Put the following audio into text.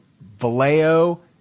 Vallejo